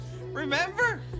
remember